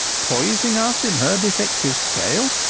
poising us in her defective scale,